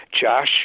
Josh